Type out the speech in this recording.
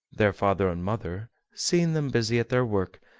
their father and mother, seeing them busy at their work,